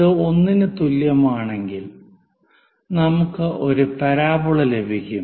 ഇത് 1 ന് തുല്യമാണെങ്കിൽ നമുക്ക് ഒരു പരാബോള ലഭിക്കും